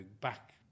back